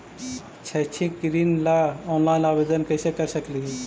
शैक्षिक ऋण ला ऑनलाइन आवेदन कैसे कर सकली हे?